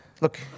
Look